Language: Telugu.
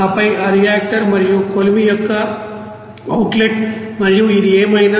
ఆపై ఆ రియాక్టర్ మరియు కొలిమి యొక్క అవుట్లెట్ మరియు అది ఏమైనా